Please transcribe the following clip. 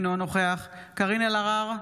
אינו נוכח קארין אלהרר,